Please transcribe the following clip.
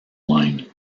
line